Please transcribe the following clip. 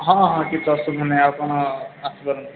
ହଁ ହଁ କିଛି ଅସୁବିଧା ନାହିଁ ଆପଣ ଆସିପାରନ୍ତି